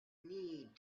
need